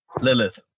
Lilith